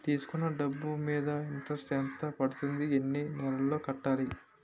తీసుకున్న డబ్బు మీద ఇంట్రెస్ట్ ఎంత పడుతుంది? ఎన్ని నెలలో కట్టాలి?